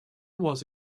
was